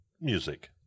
Music